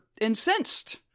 incensed